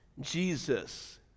Jesus